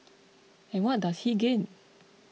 and what does he gain